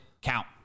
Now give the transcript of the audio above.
Count